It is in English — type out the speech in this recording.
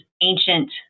ancient